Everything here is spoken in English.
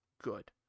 good